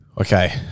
Okay